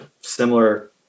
similar